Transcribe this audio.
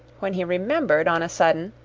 when he remembered, on a sudden,